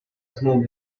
основ